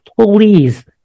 please